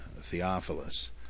Theophilus